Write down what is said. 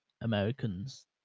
Americans